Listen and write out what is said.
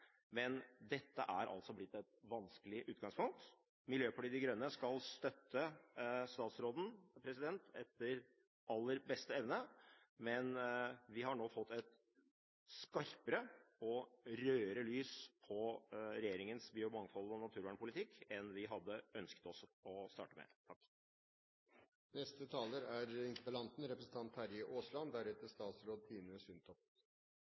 men dette er altså blitt et vanskelig utgangspunkt. Miljøpartiet De Grønne skal støtte statsråden etter aller beste evne, men vi har nå fått et skarpere og rødere lys på regjeringens biomangfold og miljøvernpolitikk enn vi hadde ønsket å starte med. Aller først synes jeg det som er